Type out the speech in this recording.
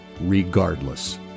regardless